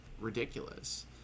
ridiculous